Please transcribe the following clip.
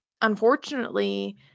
unfortunately